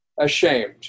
ashamed